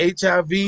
hiv